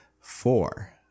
Four